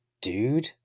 dude